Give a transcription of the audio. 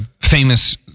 famous